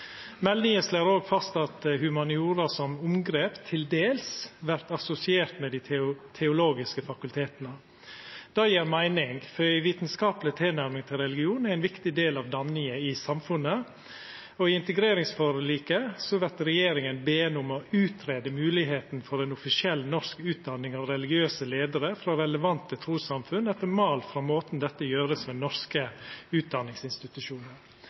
Meldinga slår òg fast at humaniora som omgrep «til dels» vert assosiert med dei teologiske fakulteta. Det gjev meining, for ei vitskapleg tilnærming til religion er ein viktig del av danninga i samfunnet, og i integreringsforliket vert regjeringa beden om å «utrede muligheten for en offisiell, norsk utdanning av religiøse ledere fra relevante trossamfunn etter mal fra måten dette gjøres ved norske